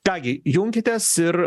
ką gi junkitės ir